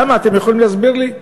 למה, אתם יכולים להסביר לי?